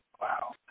Wow